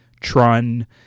Tron